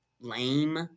lame